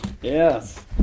Yes